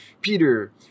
Peter